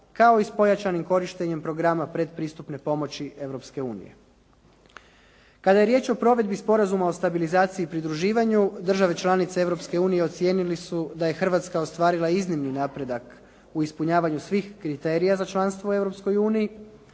kao i s pojačanim korištenjem programa predpristupne pomoći Europske unije. Kada je riječ o provedbi Sporazuma o stabilizaciji i pridruživanju države članice Europske unije ocijenile su da je Hrvatska ostvarila iznimni napredak u ispunjavanju svih kriterija za članstvo u